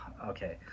Okay